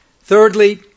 Thirdly